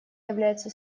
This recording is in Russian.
является